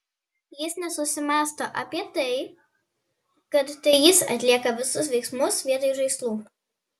jis nesusimąsto apie tai kad tai jis atlieka visus veiksmus vietoj žaislų